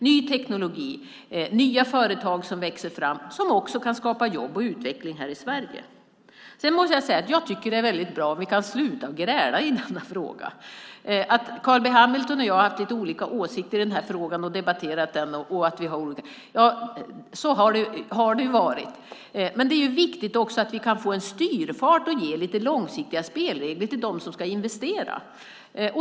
Ny teknik och nya företag växer fram som också kan skapa jobb och utveckling här i Sverige. Det är väldigt bra om vi kan sluta gräla i denna fråga. Carl B Hamilton och jag har haft lite olika åsikter i den här frågan och debatterat den. Så har det varit. Men det är viktigt att vi kan få styrfart och ge långsiktiga spelregler till dem som ska investera.